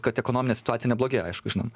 kad ekonominė situacija neblogėja aišku žinoma